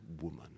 woman